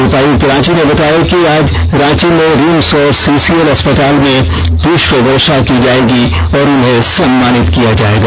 उपायुक्त रांची ने बताया कि आज रांची में रिम्स और सीसीएल अस्पताल में पृष्प वर्षा की जायेगी और उन्हें सम्मानित किया जायेगा